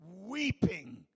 weeping